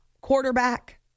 quarterback